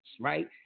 Right